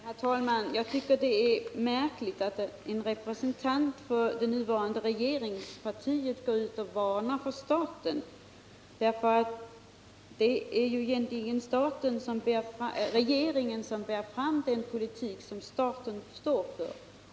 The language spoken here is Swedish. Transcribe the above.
Herr talman! Jag tycker det är märkligt att en representant för det nuvarande regeringspartiet varnar för staten, för det är ju egentligen regeringen som bär fram den politik som staten står för.